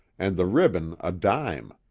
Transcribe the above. and the ribbon a dime.